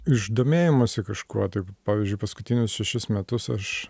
iš domėjimosi kažkuo tai pavyzdžiui paskutinius šešis metus aš